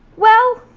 well,